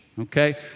Okay